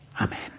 Amen